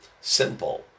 Simple